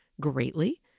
greatly